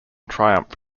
triumph